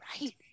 right